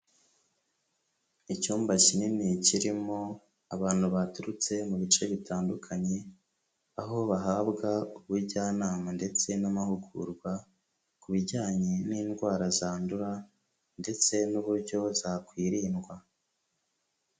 Icyumba kinini kirimo abantu baturutse mu bice bitandukanye, aho bahabwa ubujyanama ndetse n'amahugurwa ku bijyanye n'indwara zandura ndetse n'uburyo zakwirindwa.